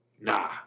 nah